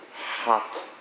hot